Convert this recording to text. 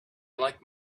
liked